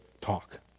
talk